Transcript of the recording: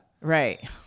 Right